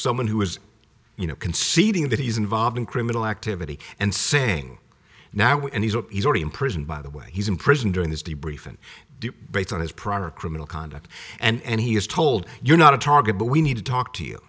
someone who has you know conceding that he's involved in criminal activity and saying now and he's already in prison by the way he's in prison doing this debriefing based on his prior criminal conduct and he is told you're not a target but we need to talk to you